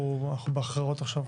אנחנו בהכרעות עכשיו.